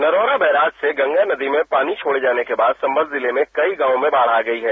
Narora barrage से गंगा नदी में पानी छोड़े जाने के बाद संभल जिले में कई गांव में बाढ़ आ गई है